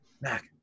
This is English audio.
Mac